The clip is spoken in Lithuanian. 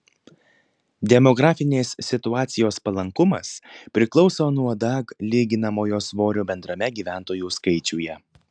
demografinės situacijos palankumas priklauso nuo dag lyginamojo svorio bendrame gyventojų skaičiuje